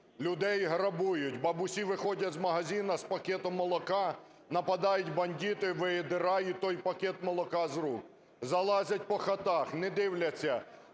Людей грабують, бабусі виходять з магазина з пакетом молока – нападають бандити, видирають той пакет молока з рук. Залазять по хатах, не дивляться,